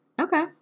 Okay